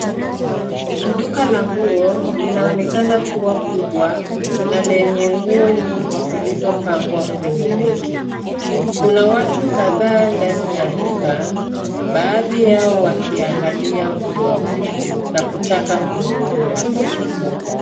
Duka la nguo linaonekana kuwa kubwa na lenye nguo nyingi zilizopangwa kwenye reki. Kuna watu kadhaa ndani ya duka, baadhi yao wakiangalia nguo na kutaka kununua.